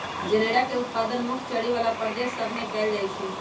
जनेरा के उत्पादन मुख्य चरी बला प्रदेश सभ में कएल जाइ छइ